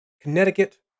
Connecticut